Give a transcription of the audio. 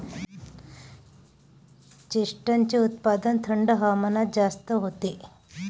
चेस्टनटचे उत्पादन थंड हवामानात जास्त होते